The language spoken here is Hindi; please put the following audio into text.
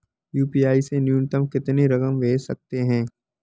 यू.पी.आई से न्यूनतम कितनी रकम भेज सकते हैं?